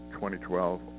2012